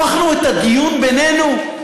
הפכנו את הדיון בינינו,